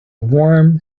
warm